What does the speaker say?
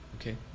okay